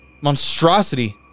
monstrosity